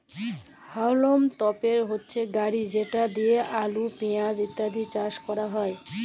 হাউলম তপের হচ্যে গাড়ি যেট লিয়ে আলু, পেঁয়াজ ইত্যাদি চাস ক্যরাক যায়